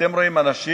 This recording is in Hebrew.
אתם רואים אנשים